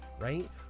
right